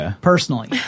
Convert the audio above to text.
personally